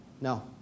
No